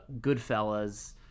Goodfellas